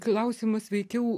klausimas veikiau